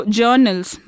journals